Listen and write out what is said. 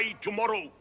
tomorrow